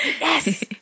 Yes